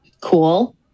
cool